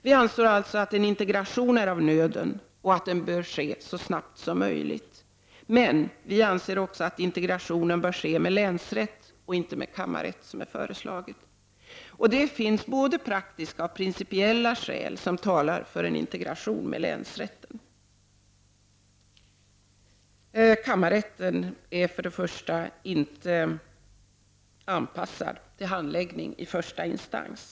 Vi anser alltså att en integration är av nöden och att den bör ske så snabbt som möjligt, men att integreringen bör ske med länsrätt och inte med kam marrätt, vilket föreslagits. Det finns både praktiska och principiella skäl som talar för en integration med länsrätten. Kammarrättsorganisationen är till att börja med inte anpassad till handläggning i första instans.